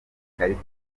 ikarita